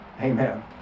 Amen